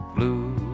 Blue